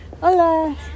Hola